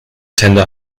tender